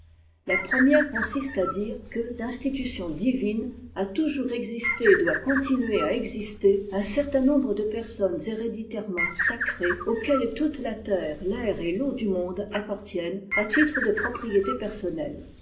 la première consiste à dire que d'institution divine a toujours existé et doit continuer à exister un certain nombre de personnes héréditairement sacrées auxquelles toute la terre l'air et l'eau du monde appartiennent à titre de propriété personnelle